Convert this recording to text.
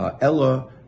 Ella